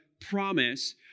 promise